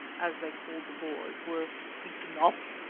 as they called the boers, were eaten up.